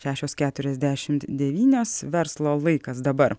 šešios keturiasdešimt devynios verslo laikas dabar